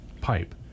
pipe